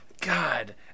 God